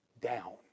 down